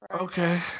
Okay